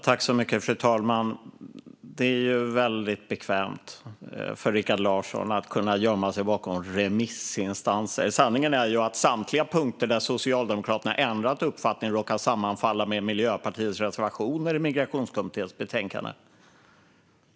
Fru talman! Det är väldigt bekvämt för Rikard Larsson att kunna gömma sig bakom remissinstanser. Sanningen är att samtliga punkter där Socialdemokraterna ändrat uppfattning råkar sammanfalla med Miljöpartiets reservationer i Migrationskommitténs betänkande.